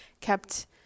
kept